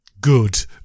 Good